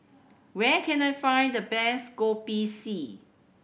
where can I find the best Kopi C